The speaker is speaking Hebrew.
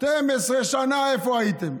12 שנה איפה הייתם.